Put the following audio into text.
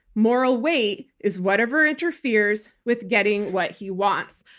moral weight is whatever interferes with getting what he wants.